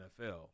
NFL